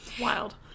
Wild